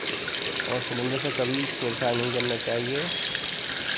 और सिलेंडर से कभी छेड़छाड़ नहीं करना चाहिए